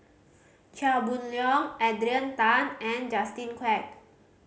Chia Boon Leong Adrian Tan and Justin Quek